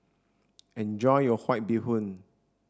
enjoy your bee hoon